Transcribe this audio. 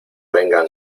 vengan